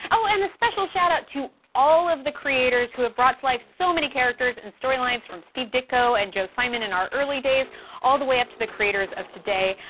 oh, and a special shout out to all of the creators who have brought to life so many characters and story lines, from steve ditko and joe simon in our early days all the way up to the creators of today.